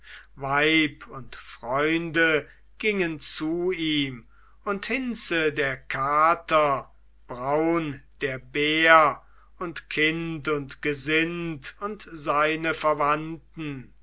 weib und freunde gingen zu ihm und hinze der kater braun der bär und kind und gesind und seine verwandten